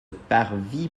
parvis